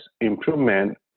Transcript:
improvement